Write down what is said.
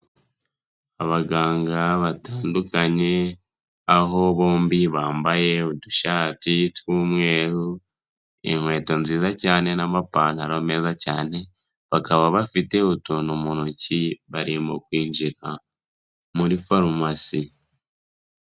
Abaganga batandukanye aho bombi bambaye udushati tw'umweru, inkweto nziza cyane n'amapantaro meza cyane, bakaba bafite utuntu mu ntoki barimo kwinjira muri farumasi.